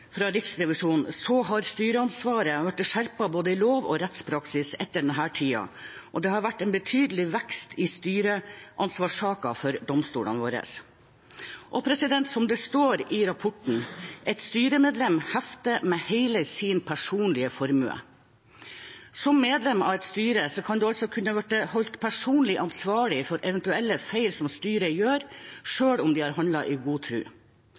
fra Riksrevisjonen, har styreansvaret blitt skjerpet i både lov og rettspraksis etter den tid, og det har vært en betydelig vekst i styreansvarssaker for domstolene. Og som det også står i rapporten: «Et styremedlem hefter med hele sin personlige formue.» Som medlem av et styre kan man altså kunne bli holdt personlig ansvarlig for eventuelle feil styret gjør, selv om man har handlet i god